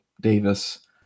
Davis